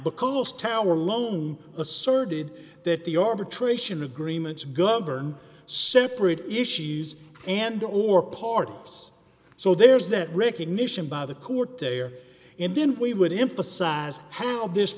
because tower alone asserted that the arbitration agreements govern separate issues and or parts so there's that recognition by the court they are in then we would emphasize how this